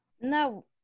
No